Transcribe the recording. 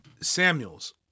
Samuels